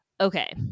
Okay